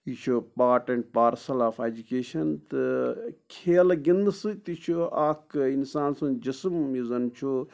یہِ چھِ part and parcel of education تہٕ کھیلہٕ گنٛدنہٕ سۭتۍ تہِ چھُ اَکھ اِنسان سُنٛد جِسٕم یُس زَن چھُ